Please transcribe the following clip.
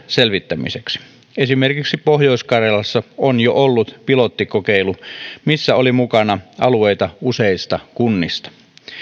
selvittämiseksi esimerkiksi pohjois karjalassa on jo ollut pilottikokeilu missä oli mukana alueita useista kunnista